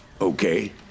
okay